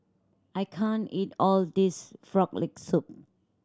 I can't eat all of this Frog Leg Soup